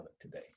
today